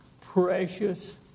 precious